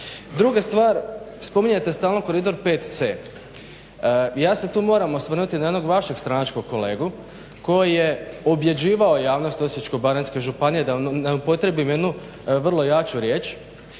Druga stvar, spominjete stalno koridor 5. Ja se tu moram osvrnuti na jednog vašeg stranačkog kolegu koji je pobjeđivao javnost Osječko-baranjske županije, da ne upotrijebim jednu vrlo jaču riječ,